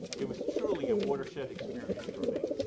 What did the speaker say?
it was truly a watershed experience for me,